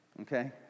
okay